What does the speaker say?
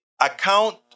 account